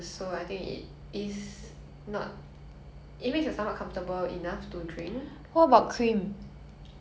oh bad idea I think anything dairy based before beer